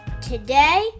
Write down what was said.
today